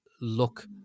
look